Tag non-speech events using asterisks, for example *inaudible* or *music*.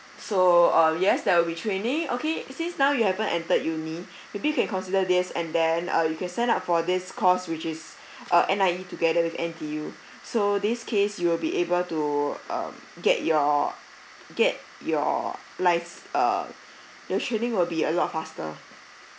so uh yes there will be training okay since now you haven't enter uni *breath* maybe you can consider this and then uh you can sign up for this course which is *breath* uh N_I_E together with N_T_U so this case you will be able to um get your get your lives uh your training will be a lot faster